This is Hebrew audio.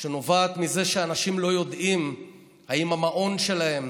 שנובעת מזה שאנשים לא יודעים אם המעון שלהם